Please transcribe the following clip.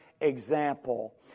Example